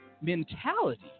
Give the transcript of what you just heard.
mentality